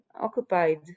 occupied